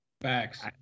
Facts